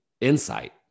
insight